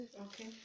Okay